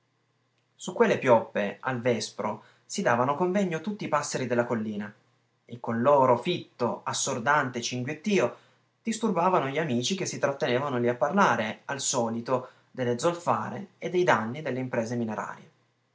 su quelle pioppe ai vespro si davano convegno tutti i passeri della collina e col loro fitto assordante cinguettio disturbavano gli amici che si trattenevano lì a parlare al solito delle zolfare e dei danni delle imprese minerarie